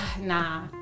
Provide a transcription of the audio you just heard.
nah